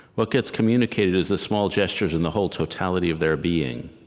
what gets communicated is the small gestures and the whole totality of their being,